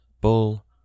Bull